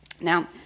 Now